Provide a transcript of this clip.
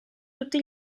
tutti